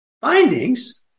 findings